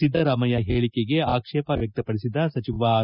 ಸಿದ್ದರಾಮಯ್ಯ ಹೇಳಿಕೆಗೆ ಆಕ್ಷೇವ ವ್ವಕ್ತಪಡಿಸಿದ ಸಚಿವ ಆರ್